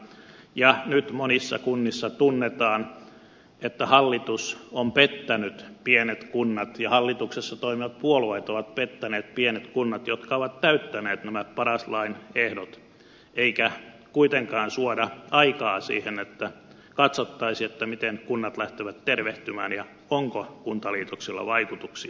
ja nyt monissa kunnissa tunnetaan että hallitus ja hallituksessa toimivat puolueet ovat pettäneet pienet kunnat jotka ovat täyttäneet paras lain ehdot eikä kuitenkaan suoda aikaa siihen että katsottaisiin miten kunnat lähtevät tervehtymään ja onko kuntaliitoksilla vaikutuksia